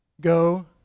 Go